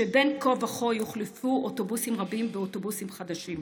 שבהן בין כה וכה יוחלפו אוטובוסים רבים באוטובוסים חדשים.